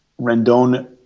Rendon